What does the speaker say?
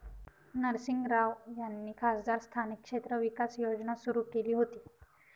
नरसिंह राव यांनी खासदार स्थानिक क्षेत्र विकास योजना सुरू केली होती